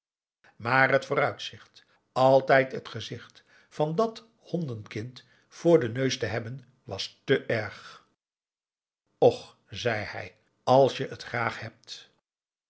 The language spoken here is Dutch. maar het vooruitzicht altijd het gezicht van dat hondenkind voor den neus te hebben was te erg ch zei hij als je t graag hebt